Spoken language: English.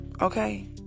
okay